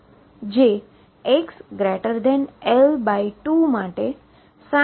જે xL2 માટે L2 બરાબર થાય છે